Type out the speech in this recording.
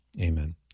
Amen